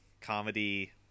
comedy